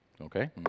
okay